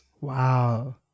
wow